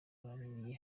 muri